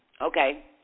okay